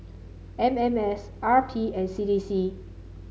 M M S R P and C D C